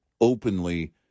openly